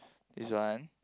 this one